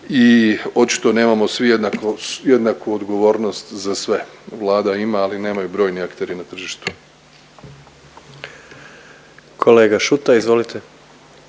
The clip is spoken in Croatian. i očito nemamo svi jednako, jednaku odgovornost za sve. Vlada ima, ali nemaju brojni akteri na tržištu. **Jandroković,